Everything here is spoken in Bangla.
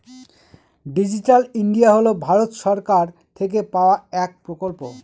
ডিজিটাল ইন্ডিয়া হল ভারত সরকার থেকে পাওয়া এক প্রকল্প